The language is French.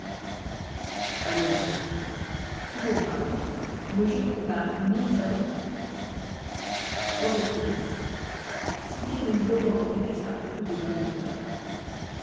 amiral toujours brave ne jure que par mille sabords androclès citer le lion d'androclès à propos de dompteurs